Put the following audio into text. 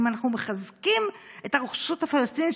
האם אנחנו מחזקים את הרשות הפלסטינית,